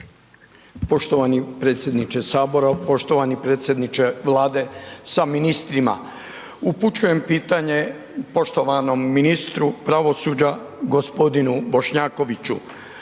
Poštovani predsjedniče HS, poštovani predsjedniče Vlade sa ministrima, upućujem pitanje poštovanom ministru pravosuđa g. Bošnjakoviću,